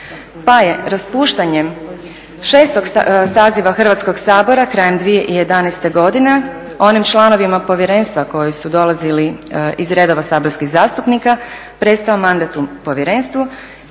pa je raspuštanjem 6. saziva Hrvatskoga sabora krajem 2011. godine onim članovima povjerenstva koji su dolazili iz redova saborskih zastupnika prestao mandat u povjerenstvu